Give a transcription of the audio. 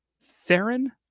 Theron